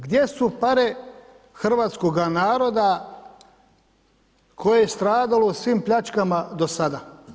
Gdje su pare hrvatskoga naroda koje je stradalo u svim pljačkama do sada?